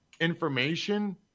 information